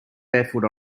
barefoot